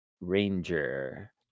ranger